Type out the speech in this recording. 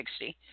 60